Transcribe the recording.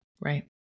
right